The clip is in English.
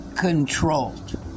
controlled